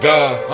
God